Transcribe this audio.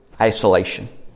isolation